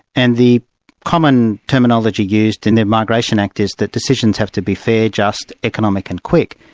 and the common terminology used in the migration act is that decisions have to be fair, just, economic and quick.